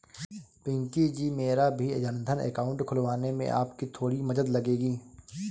पिंकी जी मेरा भी जनधन अकाउंट खुलवाने में आपकी थोड़ी मदद लगेगी